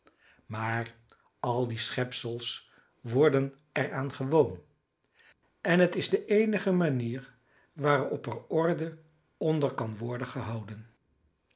maar al die schepsels worden er aan gewoon en het is de eenige manier waarop er orde onder kan worden gehouden